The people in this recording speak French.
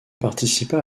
participa